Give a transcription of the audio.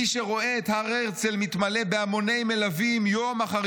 מי שרואה את הר הרצל מתמלא בהמוני מלווים יום אחר